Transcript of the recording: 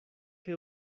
que